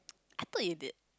I thought you did